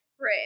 Right